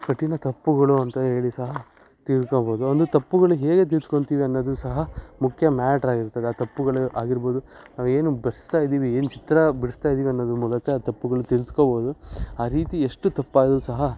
ಕಠಿಣ ತಪ್ಪುಗಳು ಅಂತ ಹೇಳಿ ಸಹ ತಿಳ್ಕೋಬೋದು ಆ ಒಂದು ತಪ್ಪುಗಳು ಹೇಗೆ ತಿದ್ಕೊಳ್ತೀವಿ ಅನ್ನೋದು ಸಹ ಮುಖ್ಯ ಮ್ಯಾಟ್ರಾಗಿರ್ತದೆ ಆ ತಪ್ಪುಗಳು ಆಗಿರ್ಬೋದು ನಾವು ಏನು ಬರಿಸ್ತಾ ಇದ್ದೀವಿ ಏನು ಚಿತ್ರ ಬಿಡಿಸ್ತಾ ಇದ್ದೀವಿ ಅನ್ನೋದ್ರ ಮೂಲಕ ಆ ತಪ್ಪುಗಳು ತಿದ್ದಿಸ್ಕೋಬೋದು ಆ ರೀತಿ ಎಷ್ಟು ತಪ್ಪಾದ್ರೂ ಸಹ